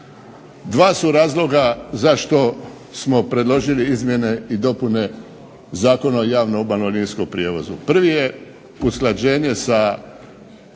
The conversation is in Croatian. Dva su razloga zašto smo predložili izmjene i dopune Zakona o javnom obalnom linijskom prijevozu. Prvi je usklađenje sa